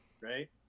right